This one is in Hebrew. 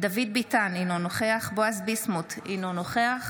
דוד ביטן, אינו נוכח בועז ביסמוט, אינו נוכח